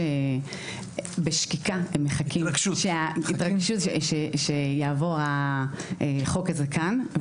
בשקיקה הם מחכים שיעבור החוק הזה כאן,